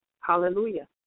Hallelujah